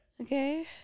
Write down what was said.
Okay